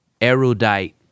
erudite